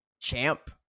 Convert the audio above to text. champ